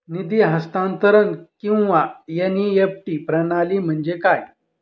निधी हस्तांतरण किंवा एन.ई.एफ.टी प्रणाली म्हणजे काय?